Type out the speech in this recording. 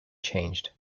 changed